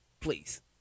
please